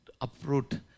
uproot